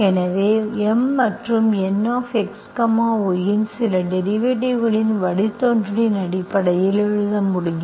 எனவே M மற்றும் N x y இன் சில டெரிவேட்டிவ்களின் வழித்தோன்றலின் அடிப்படையில் எழுத முடியும்